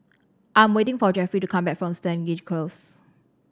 I'm waiting for Jeffie to come back from Stangee Close